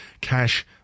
cash